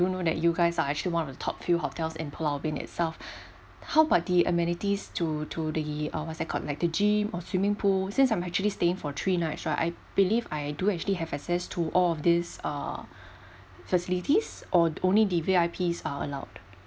do know that you guys are actually one of the top few hotels in pulau ubin itself how about the amenities to to the uh what's that called like the gym or swimming pool since I'm actually staying for three nights right I believe I do actually have access to all of this uh facilities or only the V_I_Ps are allowed